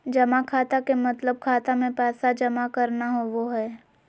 जमा खाता के मतलब खाता मे पैसा जमा करना होवो हय